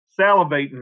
salivating